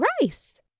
rice